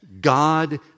God